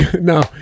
No